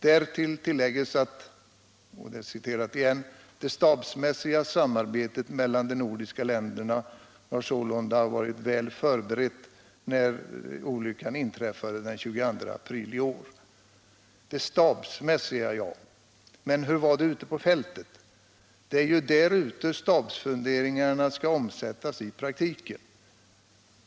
Det stabsmässiga samarbetet mellan de nordiska länderna var sålunda väl förberett när Ekofiskolyckan inträffade den 22 april 1977 —--.” Det stabsmässiga samarbetet var alltså förberett. Men hur var det ute på fältet? Det är ju där ute stabsfunderingarna skall omsättas i praktiken!